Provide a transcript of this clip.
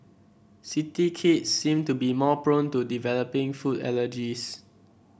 city kids seem to be more prone to developing food allergies